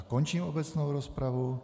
Končím obecnou rozpravu.